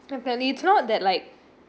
apparently it's not that like